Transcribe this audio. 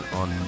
on